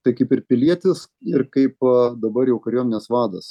tai kaip ir pilietis ir kaip dabar jau kariuomenės vadas